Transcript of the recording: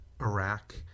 Iraq